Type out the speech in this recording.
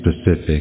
specific